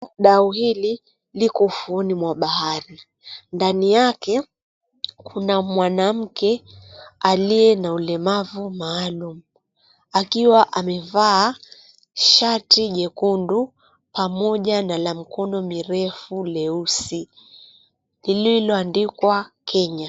Dau hili liko ufuoni mwa bahari. Ndani yake kuna mwanamke aliye na ulemavu maalum akiwa amevaa shati jekundu pamoja na la mkono mirefu leusi lililoandikwa Kenya.